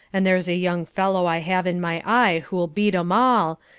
and there's a young fellow i have in my eye who'll beat em all,